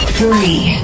three